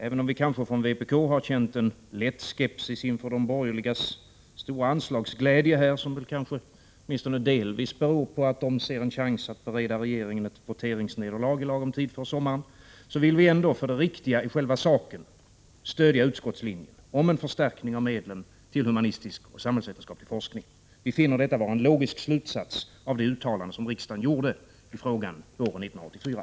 Även om vi från vpk kanske har känt en lätt skepsis inför de borgerligas stora anslagsglädje, som här väl åtminstone delvis beror på att de ser en chans att bereda regeringen ett voteringsnederlag i lagom tid före sommaren, vill vi dock för det riktiga i själva saken stödja utskottslinjen om förstärkning av medlen till humanistisk och samhällsvetenskaplig forskning. Vi finner detta vara en logisk slutsats av det uttalande som riksdagen gjorde i frågan våren 1984.